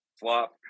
flop